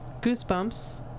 Goosebumps